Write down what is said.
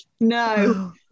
no